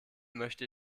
möchte